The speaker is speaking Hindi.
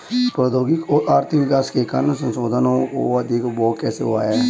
प्रौद्योगिक और आर्थिक विकास के कारण संसाधानों का अधिक उपभोग कैसे हुआ है?